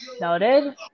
Noted